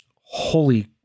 holy